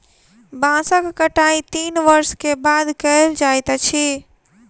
बांसक कटाई तीन वर्ष के बाद कयल जाइत अछि